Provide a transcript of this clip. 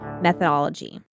methodology